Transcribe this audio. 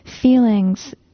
feelings